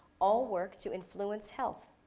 all work to influence health.